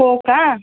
हो का